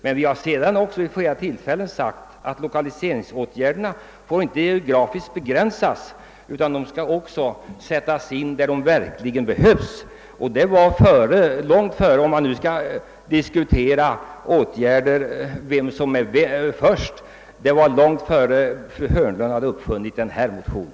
Men vi har sedan vid flera tillfällen sagt att lokaliseringsåtgärderna inte bör geografiskt begränsas utan sättas in där de behövs, och detta skedde långt innan — om vi nu skall diskutera vem som handlade först — fru Hörnlund hade väckt sin motion.